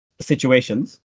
situations